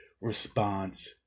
response